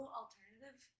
alternative